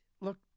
look